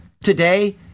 Today